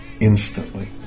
Instantly